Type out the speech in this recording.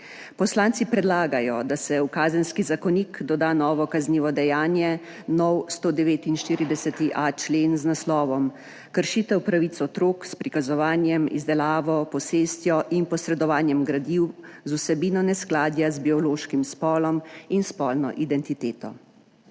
Poslanci predlagajo, da se v Kazenski zakonik doda novo kaznivo dejanje, nov 149.a člen z naslovom Kršitev pravic otrok s prikazovanjem, izdelavo, posestjo in posredovanjem gradiv z vsebino neskladja z biološkim spolom in spolno identiteto.